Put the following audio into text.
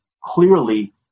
clearly